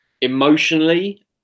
emotionally